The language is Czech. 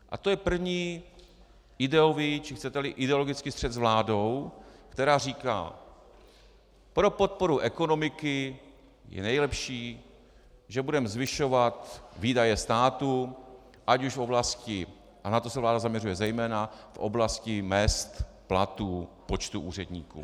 A to je první ideový, či chceteli ideologický střet s vládou, která říká: Pro podporu ekonomiky je nejlepší, že budeme zvyšovat výdaje státu, ať už v oblasti a na to se vláda zaměřuje zejména mezd, platů, počtu úředníků.